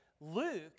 Luke